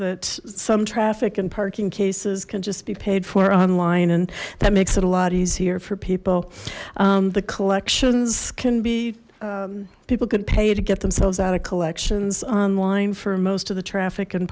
that some traffic and parking cases can just be paid for online and that makes it a lot easier for people the collections can be people could pay to get themselves out of collections online for most of the traffic and